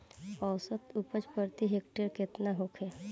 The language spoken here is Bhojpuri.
औसत उपज प्रति हेक्टेयर केतना होखे?